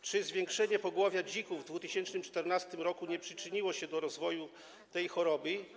Czy zwiększenie pogłowia dzików w 2014 r. nie przyczyniło się do rozwoju tej choroby?